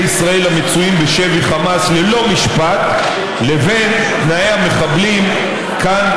ישראל המצויים בשבי חמאס ללא משפט לבין תנאי המחבלים כאן,